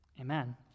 amen